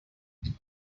where